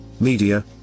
media